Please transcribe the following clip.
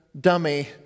dummy